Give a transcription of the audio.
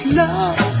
love